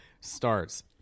starts